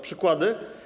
Przykłady?